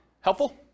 Helpful